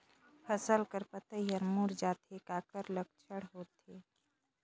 फसल कर पतइ हर मुड़ जाथे काकर लक्षण होथे?